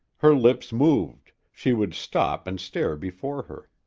her lips moved, she would stop and stare before her.